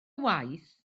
waith